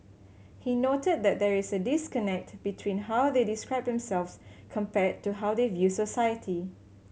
he noted that there is a disconnect between how they describe themselves compared to how they view society